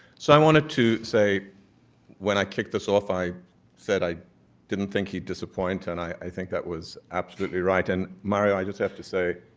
so, i wanted to say when i kicked this off, i said i didn't think you'd disappoint and i i think that was absolutely right and mario, i just have to say